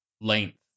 length